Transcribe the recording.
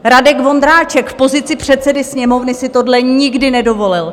Radek Vondráček v pozici předsedy Sněmovny si tohle nikdy nedovolil.